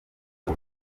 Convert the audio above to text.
b’u